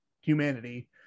humanity